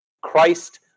Christ